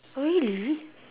really